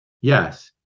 Yes